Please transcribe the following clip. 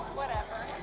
whatever.